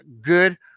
good